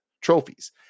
trophies